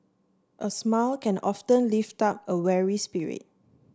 a smile can often lift up a weary spirit